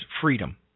freedom